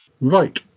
Right